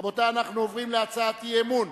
רבותי, אנחנו עוברים להצעת האי-אמון